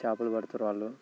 చేపలు పడతారు వాళ్ళు